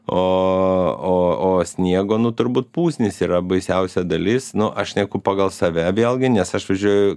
o o o sniego nu turbūt pusnys yra baisiausia dalis nu aš šneku pagal save vėlgi nes aš važiuoju